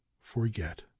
forget